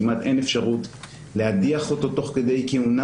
כמעט אין אפשרות להדיח אותו תוך כדי כהונה.